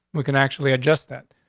we can actually adjust that.